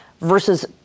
versus